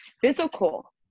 physical